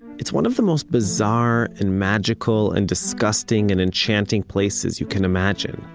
it's one of the most bizarre and magical and disgusting and enchanting places you can imagine.